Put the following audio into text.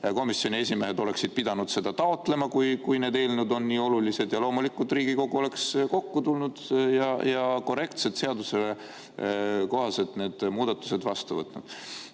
komisjonide esimehed oleksid pidanud seda taotlema, kui need eelnõud on nii olulised. Ja loomulikult Riigikogu oleks kokku tulnud ja korrektselt, seaduse kohaselt need muudatused vastu võtnud.